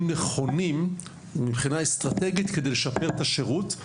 נכונים מבחינה אסטרטגית כדי לשפר את השירות,